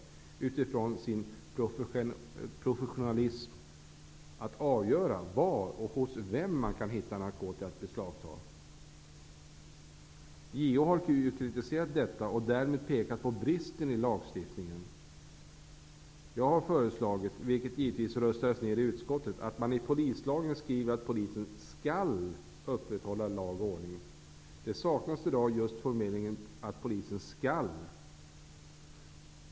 Man måste göra det möjligt för polisen att utifrån sin professionalism avgöra var och hos vem man kan hitta narkotika att beslagta. JO har kritiserat detta och därmed pekat på bristen i lagstiftningen. Mitt förslag, vilket givetvis röstades ner i utskottet, är att man i polislagen skriver att polisen skall upprätthålla lag och ordning. Just ordet ''skall'' saknas i dag i det sammanhanget.